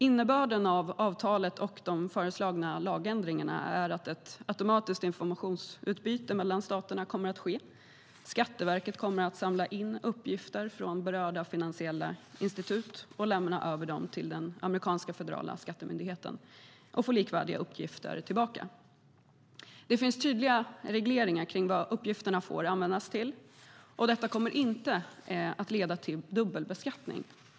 Innebörden av avtalet och de föreslagna lagändringarna är att ett automatiskt informationsutbyte mellan staterna kommer att ske. Skatteverket kommer att samla in uppgifter från berörda finansiella institut, lämna över dem till den amerikanska federala skattemyndigheten och få likvärdiga uppgifter tillbaka. Det finns tydliga regleringar när det gäller vad uppgifterna får användas till, och det kommer inte att leda till dubbelbeskattning.